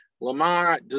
Lamar